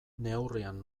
neurrian